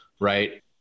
right